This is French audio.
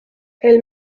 elle